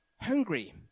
hungry